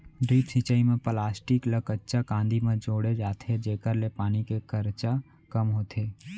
drip सिंचई म plastic ल कच्चा कांदी म जोड़े जाथे जेकर ले पानी के खरचा कम होथे